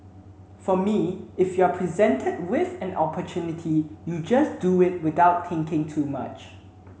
for me if you are presented with an opportunity you just do it without thinking too much